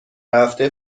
هفته